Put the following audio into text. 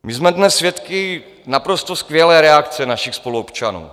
My jsme dnes svědky naprosto skvělé reakce našich spoluobčanů.